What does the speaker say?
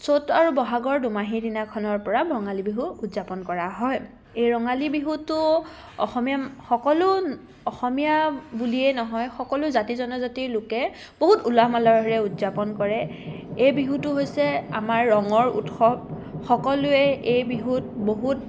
চ'ত আৰু বহাগৰ দোমাহীৰ দিনাখনৰ পৰা ৰঙালী বিহু উদযাপন কৰা হয় এই ৰঙালী বিহুটো অসমীয়া সকলো অসমীয়া বুলিয়েই নহয় সকলো জাতি জনজাতিৰ লোকে বহুত উলহ মালহেৰে উদযাপন কৰে এই বিহুটো হৈছে আমাৰ ৰঙৰ উৎসৱ সকলোৱে এই বিহুত বহুত